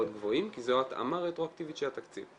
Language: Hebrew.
גבוהים כי זו התאמה רטרואקטיבית של התקציב,